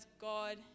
God